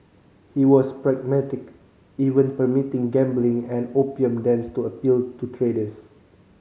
he was pragmatic even permitting gambling and opium dens to appeal to traders